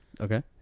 Okay